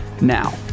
Now